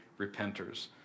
repenters